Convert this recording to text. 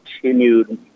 continued